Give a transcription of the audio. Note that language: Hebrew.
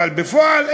אבל בפועל,